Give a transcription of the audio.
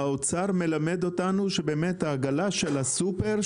האוצר מלמד אותנו שבאמת העגלה של הסופר,